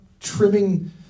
Trimming